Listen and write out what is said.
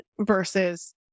versus